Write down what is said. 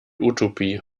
utopie